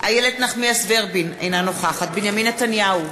איילת נחמיאס ורבין, אינה נוכחת בנימין נתניהו,